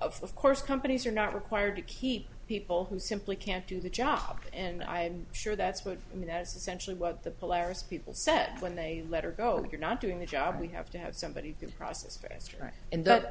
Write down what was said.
of course companies are not required to keep people who simply can't do the job and i'm sure that's what i mean as essentially what the players people said when they let her go if you're not doing the job we have to have somebody to process right and that